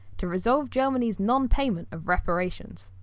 to resolve germany's non-payment of reparations.